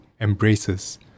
embraces